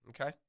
Okay